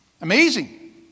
Amazing